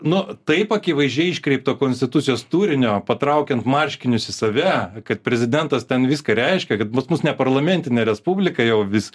nu taip akivaizdžiai iškreipto konstitucijos turinio patraukiant marškinius į save kad prezidentas ten viską reiškia kad pas mus ne parlamentinė respublika jau vis